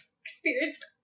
experienced